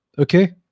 Okay